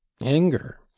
anger